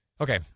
Okay